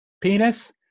penis